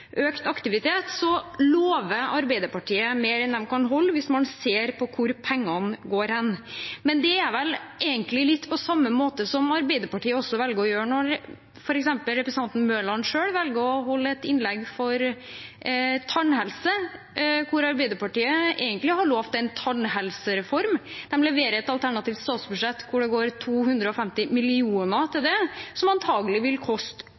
økt aktivitet, lover Arbeiderpartiet mer enn de kan holde hvis man ser hvor pengene går hen. Men det er vel egentlig litt på samme måte som det Arbeiderpartiet velger å gjøre når f.eks. representanten Mørland selv velger å holde et innlegg for tannhelse, og Arbeiderpartiet egentlig har lovet en tannhelsereform. De leverer et alternativt statsbudsjett hvor det går 250 mill. kr til det, som antagelig vil koste